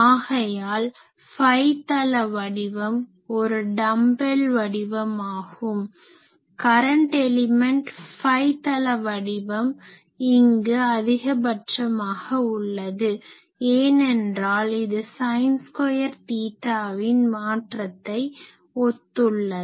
ஆகையால் ஃபை தள வடிவம் ஒரு டம்பெல் வடிவமாகும் கரன்ட் எலிமென்ட் ஃபை தள வடிவம் இங்கு அதிகபட்சமாக உள்ளது ஏனென்றால் இது ஸைன் ஸ்கொயர் தீட்டாவின் மாற்றத்தை ஒத்துள்ளது